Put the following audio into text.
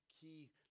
key